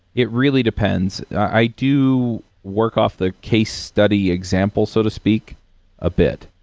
it really depends. i do work off the case study example so to speak a bit,